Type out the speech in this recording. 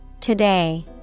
Today